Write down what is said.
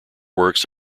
works